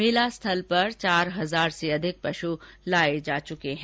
मेला स्थल पर चार हजार से अधिक पशु लाये जा चुके हैं